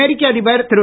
அமெரிக்க அதிபர் திரு